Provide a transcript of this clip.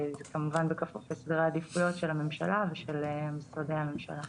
כמובן בתוך סדרי העדיפויות של הממשלה ושל משרדי הממשלה.